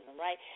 right